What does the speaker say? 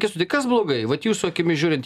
kęstuti kas blogai vat jūsų akimis žiūrint